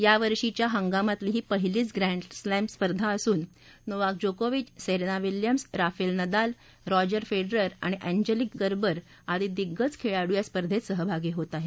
यावर्षीच्या हंगामातली ही पहिलीचं ग्रँड स्लॅम स्पर्धा असून Novak Djokovic Serena Williams Rafael Nadal Roger Federer आणि अँजेलिक कर्वर आदि दिग्गज खेळाडू स्पर्धेत सहभागी होत आहेत